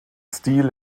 stil